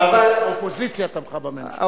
האופוזיציה תמכה בממשלה.